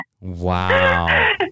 Wow